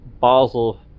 Basel